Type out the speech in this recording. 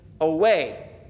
away